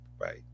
Right